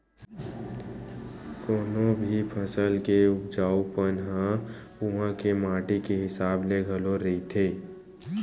कोनो भी फसल के उपजाउ पन ह उहाँ के माटी के हिसाब ले घलो रहिथे